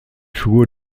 figur